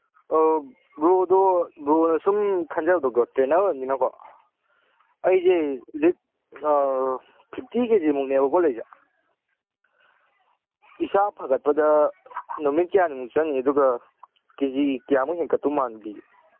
ꯑꯥꯎ ꯕ꯭ꯔꯣ ꯑꯗꯣ ꯕ꯭ꯔꯣꯅ ꯁꯨꯝ ꯈꯟꯖꯕꯗꯀꯣ ꯇ꯭ꯔꯦꯅꯔ ꯑꯣꯏꯕꯅꯤꯅꯀꯣ ꯑꯩꯁꯦ ꯍꯧꯖꯤꯛ ꯐꯤꯞꯇꯤ ꯀꯦꯖꯤꯃꯨꯛꯅꯦꯕꯀꯣ ꯂꯩꯔꯤꯁꯦ ꯏꯁꯥ ꯐꯒꯠꯄꯗ ꯅꯨꯃꯤꯠ ꯀꯌꯥꯅꯤꯃꯨꯛ ꯆꯪꯒꯅꯤ ꯑꯗꯨꯒ ꯀꯦꯖꯤ ꯀꯌꯥꯃꯨꯛ ꯍꯦꯡꯀꯠꯇꯧ ꯃꯥꯟꯕꯤꯒꯦ